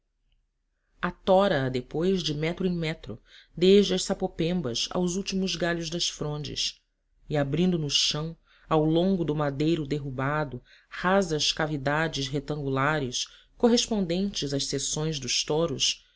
toda atora a depois de metro em metro desde as sapopembas aos últimos galhos das frondes e abrindo no chão ao longo do madeiro derrubado rasas cavidades retangulares correspondentes às secções dos toros